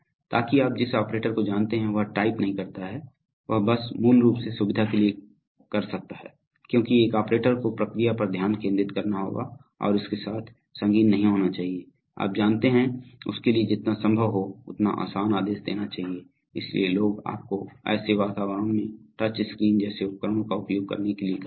ताकि आप जिस ऑपरेटर को जानते हैं वह टाइप नहीं करता है वह बस मूल रूप से सुविधा के लिए कर सकता है क्योंकि एक ऑपरेटर को प्रक्रिया पर ध्यान केंद्रित करना होगा और इसके साथ संगीन नहीं होना चाहिए आप जानते हैं उसके लिए जितना संभव हो उतना आसान आदेश देना चाहिए इसलिए लोग आपको ऐसे वातावरण में टच स्क्रीन जैसे उपकरणों का उपयोग करने के लिए कहते हैं